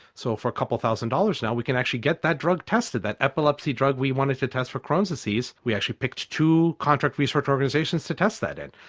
so for a couple of thousand dollars now we can actually get that drug tested. that epilepsy drug we wanted to test for crohn's disease, we actually picked two contract research organisations to test that in.